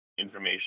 information